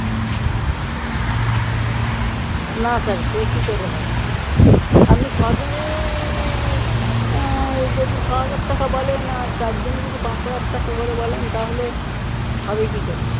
না স্যার সে কী করে হয় আপনি ছজনে যদি ছ হাজার টাকা বলেন আর চারজনে যদি পাঁচশো এক টাকা করে বলেন তাহলে হবে কী করে